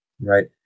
Right